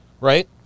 right